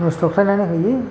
नस्त' खालामनानै होयो